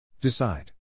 Decide